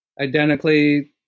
identically